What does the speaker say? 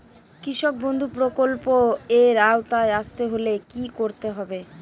কৃষকবন্ধু প্রকল্প এর আওতায় আসতে হলে কি করতে হবে?